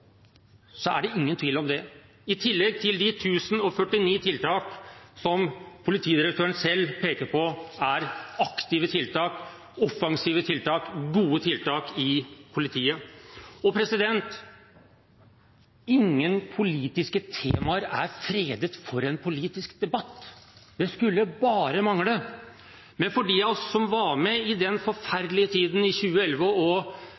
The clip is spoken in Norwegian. er det dette – det er ingen tvil om det – i tillegg til de 1 049 tiltakene som politidirektøren selv peker på er aktive, offensive og gode tiltak i politiet. Ingen politiske temaer er fredet for en politisk debatt – det skulle bare mangle. Men for dem av oss som var med, den forferdelige tiden i 2011 og